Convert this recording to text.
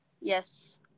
Yes